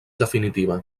definitiva